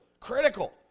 critical